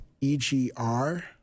EGR